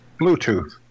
Bluetooth